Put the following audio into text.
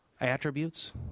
attributes